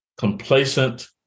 complacent